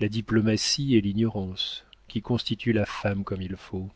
la diplomatie et l'ignorance qui constituent la femme comme il faut